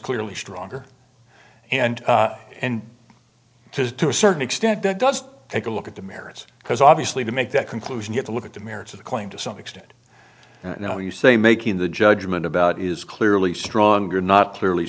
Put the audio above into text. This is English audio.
clearly stronger and and to a certain extent that does take a look at the merits because obviously to make that conclusion yet to look at the merits of the claim to some extent you know you say making the judgment about is clearly stronger not clearly